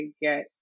get